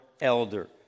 elder